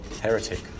heretic